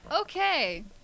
Okay